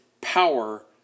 power